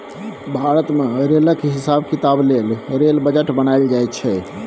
भारत मे रेलक हिसाब किताब लेल रेल बजट बनाएल जाइ छै